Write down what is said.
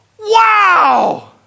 Wow